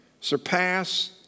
surpass